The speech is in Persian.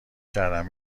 کردم